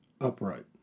upright